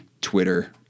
Twitter